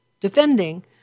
defending